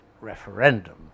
referendum